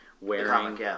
wearing